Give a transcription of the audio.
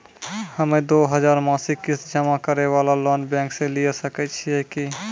हम्मय दो हजार मासिक किस्त जमा करे वाला लोन बैंक से लिये सकय छियै की?